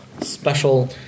special